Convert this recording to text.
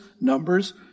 Numbers